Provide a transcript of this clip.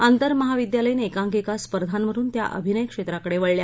आंतरमहाविद्यालीय एकांकिका स्पर्धांमधून त्या अभिनय क्षेत्राकडे वळल्या